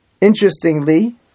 Interestingly